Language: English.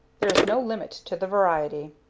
there is no limit to the variety.